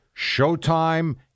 Showtime